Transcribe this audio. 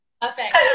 Perfect